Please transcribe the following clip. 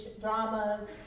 dramas